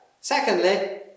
secondly